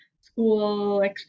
school